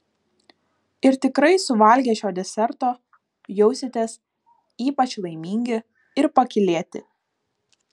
ir tikrai suvalgę šio deserto jausitės ypač laimingi ir pakylėti